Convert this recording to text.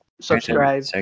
Subscribe